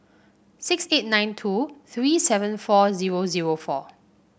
six eight nine two three seven four zero zero four